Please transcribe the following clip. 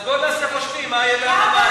אז בוא נעשה חושבים מה יהיה בהר-הבית.